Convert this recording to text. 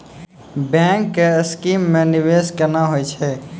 Bank के scheme मे निवेश केना होय छै?